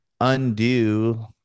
undo